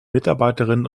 mitarbeiterinnen